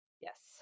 Yes